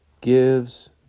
gives